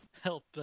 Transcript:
help